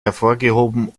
hervorgehoben